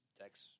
text